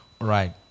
Right